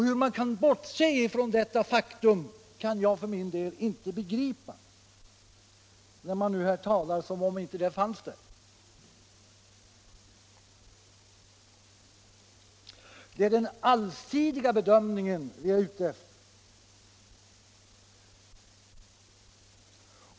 Att man kan bortse från detta faktum kan jag inte begripa, men man talar ju som om det sagda inte fanns i utskottsbetänkandet. Det är den allsidiga bedömningen vi är ute efter.